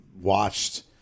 watched